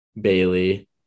Bailey